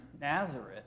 Nazareth